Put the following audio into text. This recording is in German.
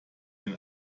den